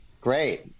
great